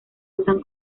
usan